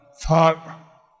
thought